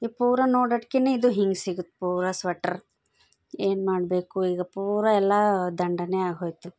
ಇದು ಪೂರ ನೋಡಷ್ಟ್ಕೆನೇ ಇದು ಹಿಂಗೆ ಸಿಕ್ತು ಪೂರ ಸ್ವೆಟರ್ರ್ ಏನು ಮಾಡಬೇಕು ಈಗ ಪೂರ ಎಲ್ಲ ದಂಡವೇ ಆಗಿಹೋಯ್ತು